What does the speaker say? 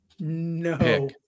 No